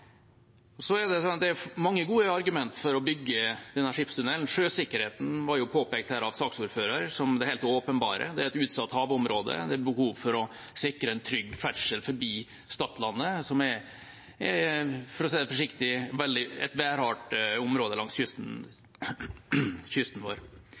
Det er mange gode argumenter for å bygge denne skipstunnelen. Saksordføreren påpekte sjøsikkerheten som det helt åpenbare. Det er et utsatt havområde. Det er behov for å sikre trygg ferdsel forbi Stadlandet, som er, for å si det forsiktig, et veldig værhardt område langs kysten vår.